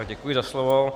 Děkuji za slovo.